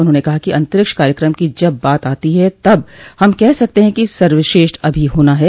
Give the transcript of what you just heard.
उन्होंने कहा कि अंतरिक्ष कार्यक्रम की जब बात आती ह तब हम कह सकते हैं कि सर्वश्रेष्ठ अभी होना है